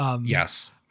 yes